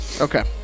Okay